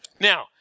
Now